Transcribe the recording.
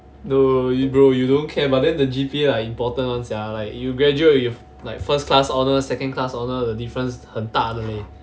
no no you bro you don't care but then the G_P_A like important [one] sia like you graduate you like first class honour second class honour the difference 很大的 leh